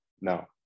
no